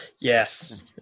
Yes